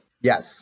Yes